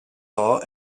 law